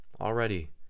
Already